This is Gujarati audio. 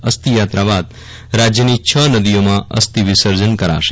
અસ્થિ યાત્રા બાદ રાજ્યની છ નદીઓમાં અસ્થિ વિસર્જન કરાશે